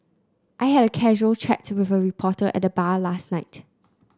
I had a casual chat with a reporter at the bar last night